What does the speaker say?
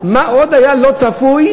מה עוד היה לא צפוי?